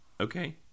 Okay